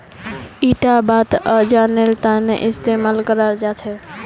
इटा बात अनाजेर तने इस्तेमाल कराल जा छे